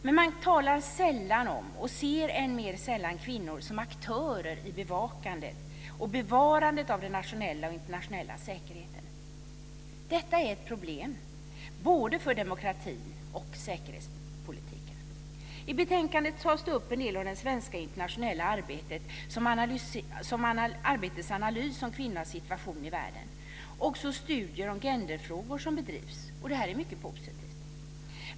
Men man talar sällan om och ser än mer sällan kvinnor som aktörer i bevakandet och bevarandet av den nationella och internationella säkerheten. Detta är ett problem både för demokratin och säkerhetspolitiken. I betänkandet tas det upp en del om det svenska internationella arbetets analys om kvinnornas situation i världen och också om studier om genderfrågor som bedrivs. Det är mycket positivt.